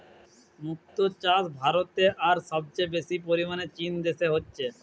মুক্তো চাষ ভারতে আর সবচেয়ে বেশি পরিমাণে চীন দেশে হচ্ছে